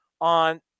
on